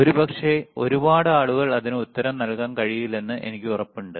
ഒരുപക്ഷേ ഒരുപാട് ആളുകൾക്ക് അതിന് ഉത്തരം നൽകാൻ കഴിയില്ലെന്ന് എനിക്ക് ഉറപ്പുണ്ട്